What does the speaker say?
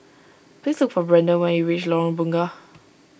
please look for Brandan when you reach Lorong Bunga